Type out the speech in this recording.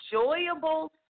enjoyable